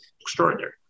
Extraordinary